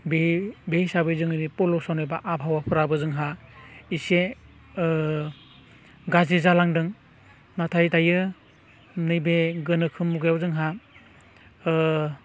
बे हिसाबै जोंनि पलिउसन एबा आबहावाफ्राबो जोंहा इसे गाज्रि जालांदों नाथाय दायो नैबे गोनोखो मुगायाव जोंहा